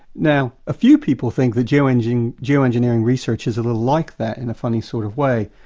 now a few people think that geoengineering geoengineering research is like that in a funny sort of way.